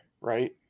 right